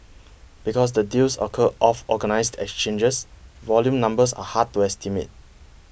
because the deals occur off organised exchanges volume numbers are hard to estimate